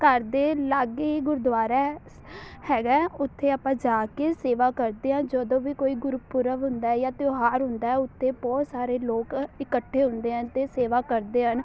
ਘਰ ਦੇ ਲਾਗੇ ਗੁਰਦੁਆਰਾ ਹੈਗਾ ਆ ਉੱਥੇ ਆਪਾਂ ਜਾ ਕੇ ਸੇਵਾ ਕਰਦੇ ਹਾਂ ਜਦੋਂ ਵੀ ਕੋਈ ਗੁਰਪੁਰਬ ਹੁੰਦਾ ਜਾਂ ਤਿਉਹਾਰ ਹੁੰਦਾ ਉੱਥੇ ਬਹੁਤ ਸਾਰੇ ਲੋਕ ਇਕੱਠੇ ਹੁੰਦੇ ਹਨ ਅਤੇ ਸੇਵਾ ਕਰਦੇ ਹਨ